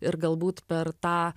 ir galbūt per tą